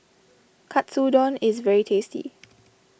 Katsudon is very tasty